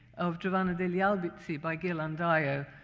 of giovanna degli albizzi by ghirlandaio,